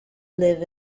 live